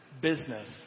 business